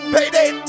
Payday